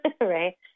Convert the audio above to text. right